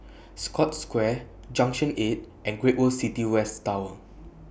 Scotts Square Junction eight and Great World City West Tower